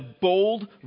bold